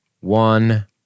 one